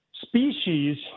species